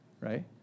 right